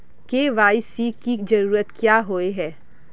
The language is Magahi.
के.वाई.सी की जरूरत क्याँ होय है?